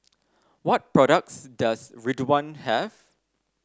what products does Ridwind have